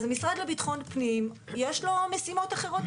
אז משרד לביטחון הפנים יש לו משימות אחרות,